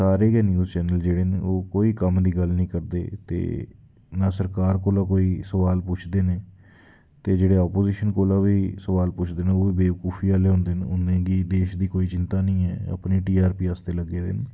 सारे गै news channel जेह्ड़े न ओह् कोई कम्म दी गल्ल निं करदे ते ना सरकार कोला कोई सोआल पुच्छदे न ते जेह्ड़े ओपोजिशन कोला बी सोआल पुच्छदे न ओह् बेवकूफी आह्ले होंदे न उ'नें गी देश दी कोई चिंता निं ऐ अपनी टी आर पी आस्तै लग्गे दे न